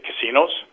casinos